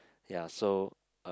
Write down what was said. ya so